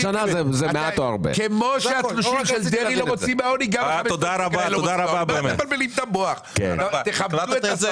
זה בסדר גמור אבל אל תקרא לזה תכנית כלכלית.